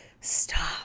stop